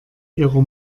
ihrer